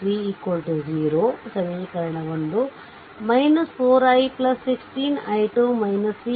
4 i1 16 i2 v vx 0